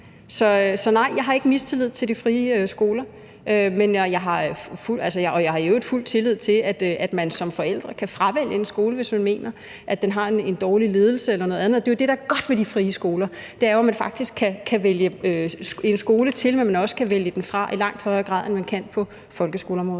Så nej, jeg har ikke mistillid til de frie skoler, og jeg har i øvrigt fuld tillid til, at man som forældre kan fravælge en skole, hvis man mener, at den har en dårlig ledelse eller noget andet. Det, der jo er godt ved de frie skoler, er, at man faktisk kan vælge en skole til, men også vælge den fra, i langt højere grad end man kan på folkeskoleområdet.